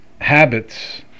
habits